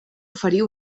oferir